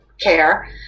care